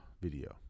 video